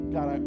God